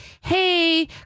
hey